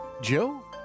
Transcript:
Joe